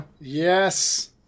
Yes